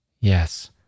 Yes